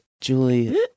Julie